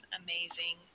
amazing